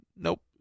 nope